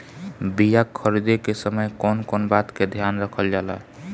बीया खरीदे के समय कौन कौन बात के ध्यान रखल जाला?